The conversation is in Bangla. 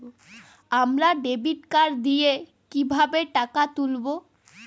আমরা ডেবিট কার্ড দিয়ে কিভাবে টাকা তুলবো?